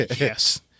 Yes